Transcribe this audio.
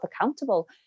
accountable